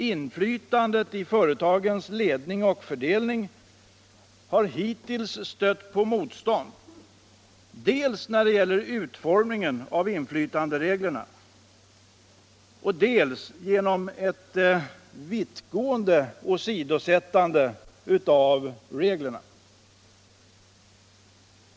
Inflytandet i företagens ledning och fördelning har hittills stött på motstånd dels när det gäller utformningen av inflytandereglerna, dels genom ett vittgående åsidosättande av reglerna.